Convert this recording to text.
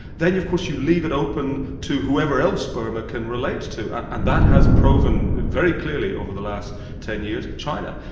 then of course you leave it open to whoever else burma can relate to, and that has proven very clearly over the last ten years, china.